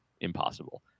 Impossible